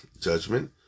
judgment